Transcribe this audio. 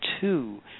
two